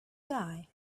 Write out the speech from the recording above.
die